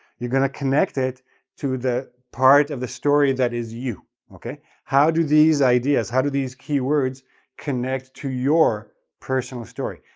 you're going to connect it to the part of the story that is you, okay? how do these ideas, how do these key words connect to your personal story?